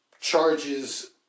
charges